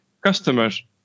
customers